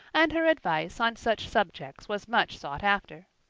and her advice on such subjects was much sought after.